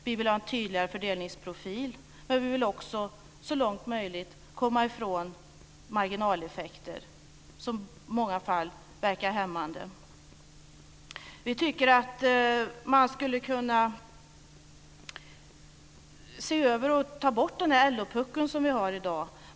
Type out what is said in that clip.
Vi vill ha en tydligare fördelningsprofil, och vi vill även så långt möjligt komma ifrån marginaleffekter, som i många fall verkar hämmande. Vi tycker att man skulle kunna se över och ta bort dagens s.k. LO-puckel.